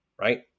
right